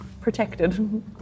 Protected